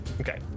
Okay